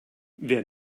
wer